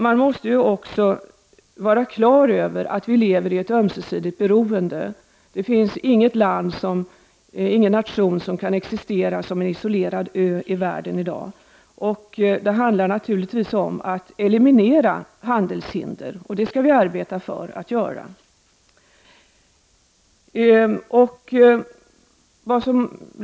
Man måste också vara på det klara med att vi lever i ett ömsesidigt beroende. Det finns ingen nation som kan existera som en isolerad ö i världen i dag. Det handlar naturligtvis om att eliminera handelshinder. Det skall vi arbeta för att göra.